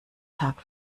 tag